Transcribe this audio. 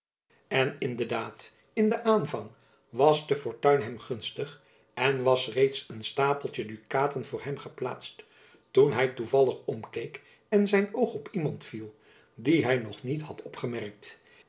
in de daad in den aanvang was de fortuin hem gunstig en was reeds een stapeltjen dukaten voor hem geplaatst toen hy toevallig omkeek en zijn oog op iemand viel dien hy nog niet had opgemerkt